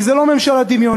כי זו לא ממשלה דמיונית,